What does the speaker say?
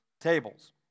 tables